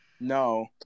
No